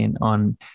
on